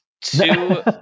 Two